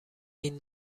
این